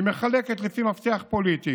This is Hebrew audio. היא מחלקת לפי מפתח פוליטי.